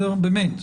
באמת,